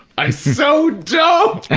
i so don't.